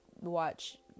watch